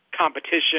competition